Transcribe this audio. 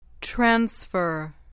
Transfer